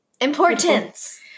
Importance